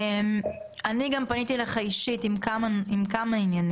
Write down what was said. אני גם פניתי אליך אישית בכמה עניינים,